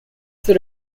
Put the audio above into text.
that